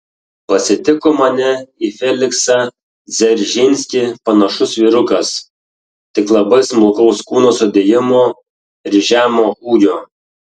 pasitiko mane į feliksą dzeržinskį panašus vyrukas tik labai smulkaus kūno sudėjimo ir žemo ūgio